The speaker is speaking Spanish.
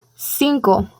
cinco